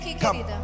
come